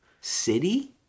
city